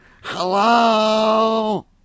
Hello